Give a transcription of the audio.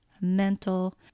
mental